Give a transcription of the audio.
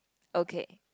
okay